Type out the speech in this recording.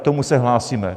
K tomu se hlásíme.